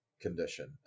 condition